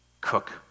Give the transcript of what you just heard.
cook